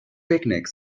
picnic